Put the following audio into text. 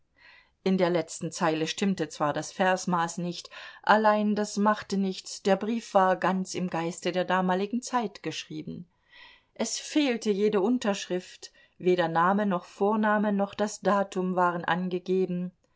in der letzten zeile stimmte zwar das versmaß nicht allein das machte nichts der brief war ganz im geiste der damaligen zeit geschrieben es fehlte jede unterschrift weder name noch vorname noch das datum waren angegeben